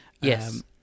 yes